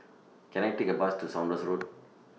Can I Take A Bus to Saunders Road